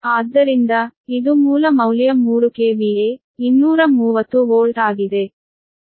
ಆದ್ದರಿಂದ ಇದು ಮೂಲ ಮೌಲ್ಯ 3 ಕೆವಿಎ 230 ವೋಲ್ಟ್ ಆಗಿದೆ